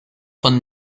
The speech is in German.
von